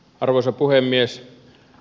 arvoisa puhemies